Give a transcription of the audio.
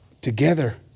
Together